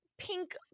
pink